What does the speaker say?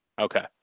Okay